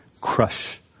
crush